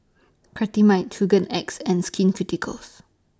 Cetrimide Hygin X and Skin Ceuticals